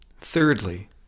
Thirdly